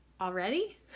already